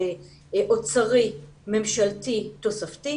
תקציב אוצרי-ממשלתי-תוספתי,